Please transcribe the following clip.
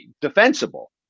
defensible